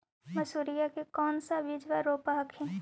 मसुरिया के कौन सा बिजबा रोप हखिन?